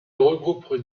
regroupe